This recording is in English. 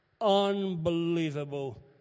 unbelievable